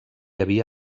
havia